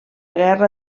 guerra